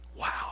Wow